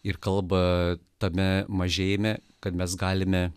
ir kalba tame mažėjime kad mes galime